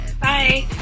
bye